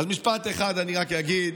משפט אחד אני רק אגיד.